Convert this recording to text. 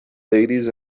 ladies